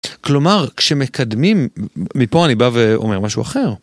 כלומר, כשמקדמים, מפה אני בא ואומר משהו אחר.